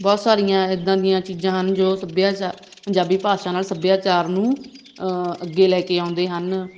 ਬਹੁਤ ਸਾਰੀਆਂ ਇੱਦਾਂ ਦੀਆਂ ਚੀਜ਼ਾਂ ਹਨ ਜੋ ਸੱਭਿਆਚਾਰ ਪੰਜਾਬੀ ਭਾਸ਼ਾ ਨਾਲ ਸੱਭਿਆਚਾਰ ਨੂੰ ਅੱਗੇ ਲੈ ਕੇ ਆਉਂਦੇ ਹਨ